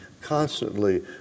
constantly